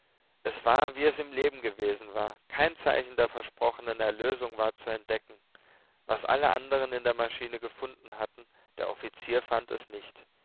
es war wie es im leben gewesen war kein zeichen der versprochenen erlösung war zu entdecken was alle anderen in der maschine gefunden hatten der offizier fand es nicht